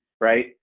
right